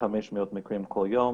1,500 מקרים כל יום.